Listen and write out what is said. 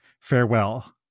farewell